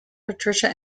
patricia